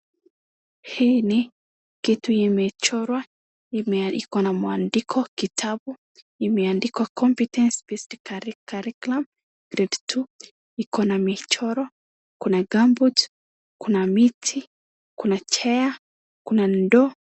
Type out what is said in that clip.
Hii ni kitu imechorwa imekuwa na mwandiko, kitabu imeandikwa competence based curriculum grade two . Iko na michoro. Kuna gumboots , kuna miti, kuna chair , kuna ndoo.